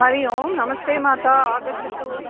हरिः ओं नमस्ते मातः आगच्छतु